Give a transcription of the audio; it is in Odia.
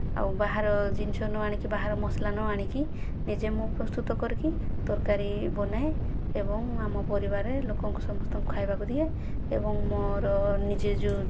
ଆଉ ବାହାର ଜିନିଷ ନ ଆଣିକି ବାହାର ମସଲା ନ ଆଣିକି ନିଜେ ମୁଁ ପ୍ରସ୍ତୁତ କରିକି ତରକାରୀ ବନାଏ ଏବଂ ଆମ ପରିବାରରେ ଲୋକଙ୍କୁ ସମସ୍ତଙ୍କୁ ଖାଇବାକୁ ଦିଏ ଏବଂ ମୋର ନିଜେ ଯେଉଁ